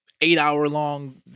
Eight-hour-long